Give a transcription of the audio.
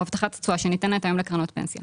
הבטחת תשואה שניתנת היום לקרנות פנסיה.